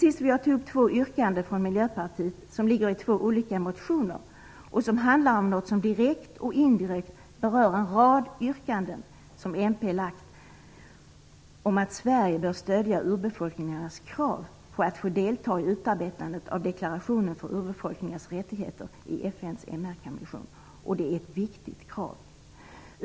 Slutligen vill jag ta upp två yrkanden från Miljöpartiet som finns i två olika motioner. De handlar om något som direkt och indirekt berör en rad yrkanden som Miljöpartiet har lagt om att Sverige bör stödja urbefolkningarnas krav på att få delta i utarbetandet av deklarationen för urbefolkningars rättigheter i FN:s MR-kommission. Det är ett viktigt krav.